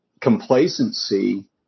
complacency